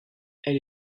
elle